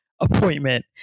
appointment